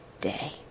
day